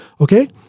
Okay